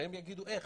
שהם יגידו איך,